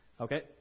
Okay